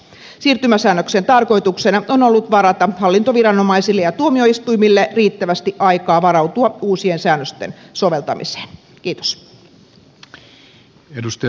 siirtymäsäännöksen tarkoituksena on ollut varata hallintoviranomaisille ja tuomioistuimille riittävästi aikaa varautua uusien säännösten soveltamiseen